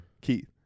Keith